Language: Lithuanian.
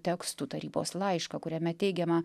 tekstų tarybos laišką kuriame teigiama